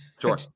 Sure